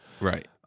right